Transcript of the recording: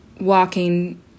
walking